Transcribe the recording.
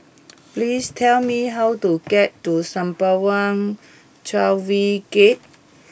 please tell me how to get to Sembawang Wharves Gate